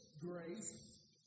grace